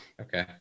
Okay